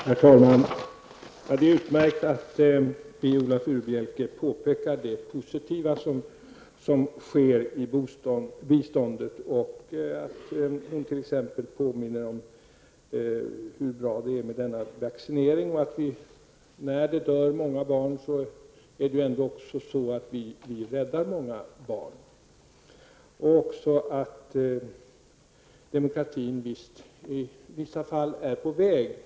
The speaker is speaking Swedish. Herr talman! Det är utmärkt att Viola Furubjelke pekar på det positiva som sker när det gäller biståndet. Hon påminner t.ex. om hur bra det är med vaccinering. Det är många barn som dör, men det är ändock så att vi räddar många barn. Och demokratin är i vissa fall på väg.